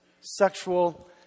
sexual